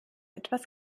etwas